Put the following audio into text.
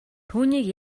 түүнийг